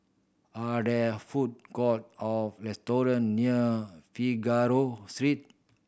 are there food court or restaurant near Figaro Street